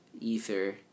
Ether